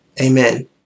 Amen